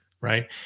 right